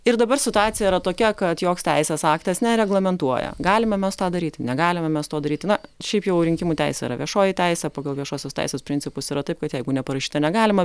ir dabar situacija yra tokia kad joks teisės aktas nereglamentuoja galime mes tą daryt negalime mes to daryti na šiaip jau rinkimų teisė yra viešoji teisė pagal viešosios teisės principus yra taip kad jeigu neparašyta negalima